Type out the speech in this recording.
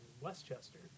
Westchester